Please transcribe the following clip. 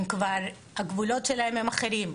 הגבולות שלהם הם אחרים.